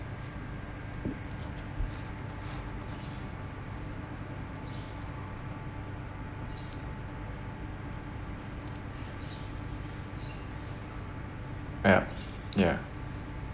yup ya